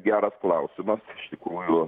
geras klausimas iš tikrųjų